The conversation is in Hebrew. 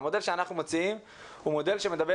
המודל שאנחנו מציעים הוא מודל שמדבר